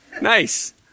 Nice